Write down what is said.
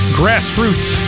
grassroots